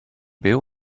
byw